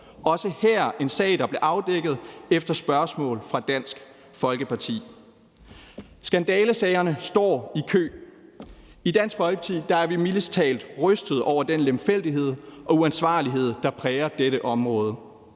er der en sag, der blev afdækket efter spørgsmål fra Dansk Folkeparti. Skandalesagerne står i kø. I Dansk Folkeparti er vi mildest talt rystede over den lemfældighed og uansvarlighed, der præger dette område.